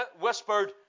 whispered